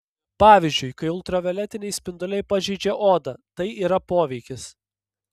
pavyzdžiui kai ultravioletiniai spinduliai pažeidžia odą tai yra poveikis